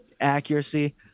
Accuracy